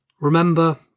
remember